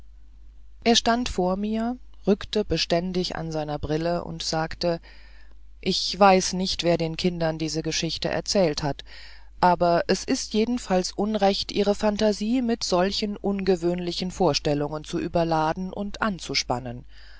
er stand vor mir rückte beständig an seiner brille und sagte ich weiß nicht wer den kindern diese geschichte erzählt hat aber es ist jedenfalls unrecht ihre phantasie mit solchen ungewöhnlichen vorstellungen zu überladen und anzuspannen